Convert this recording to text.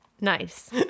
Nice